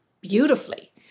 beautifully